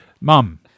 Mum